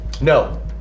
No